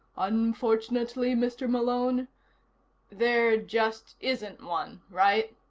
unfortunately, mr. malone there just isn't one, right?